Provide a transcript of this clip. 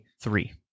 three